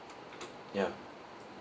ya